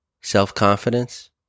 self-confidence